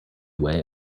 way